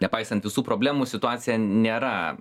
nepaisant visų problemų situacija nėra